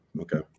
Okay